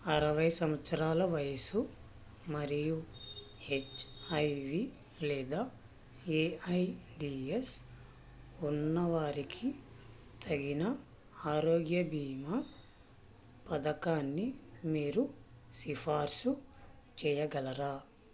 అరవై సంవత్సరాల వయస్సు మరియు హెచ్ ఐ వీ లేదా ఏ ఐ డీ ఎస్ ఉన్నవారికి తగిన ఆరోగ్య బీమా పథకాన్ని మీరు సిఫార్సు చేయగలరా